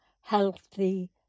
healthy